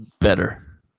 Better